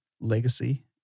legacy